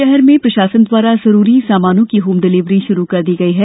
शहर में प्रशासन द्वारा जरूरी सामानों की होम डिलेवरी शुरू कर दी गई है